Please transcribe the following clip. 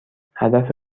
هدف